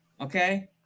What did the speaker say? Okay